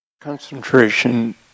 Concentration